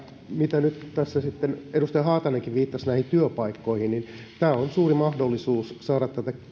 kun nyt tässä edustaja haatainenkin viittasi näihin työpaikkoihin niin tämä on suuri mahdollisuus saada